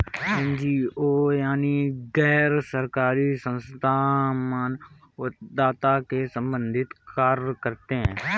NGO यानी गैर सरकारी संस्थान मानवतावाद से संबंधित कार्य करते हैं